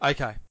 Okay